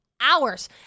hours